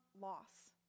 loss